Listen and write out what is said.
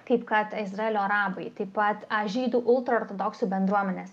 kaip kad izraelio arabai taip pat aa žydų ultraortodoksų bendruomenės